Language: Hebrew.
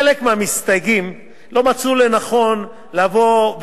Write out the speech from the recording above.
חלק מהמסתייגים לא מצאו לנכון לבוא,